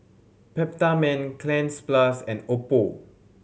Peptamen Cleanz Plus and Oppo